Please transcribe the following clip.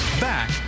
Back